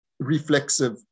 reflexive